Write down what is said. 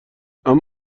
اون